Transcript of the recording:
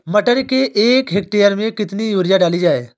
मटर के एक हेक्टेयर में कितनी यूरिया डाली जाए?